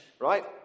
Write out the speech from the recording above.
right